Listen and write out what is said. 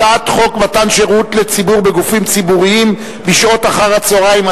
הצעת חוק מתן שירות לציבור בגופים ציבוריים בשעות אחר-הצהריים,